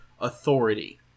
authority